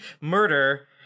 murder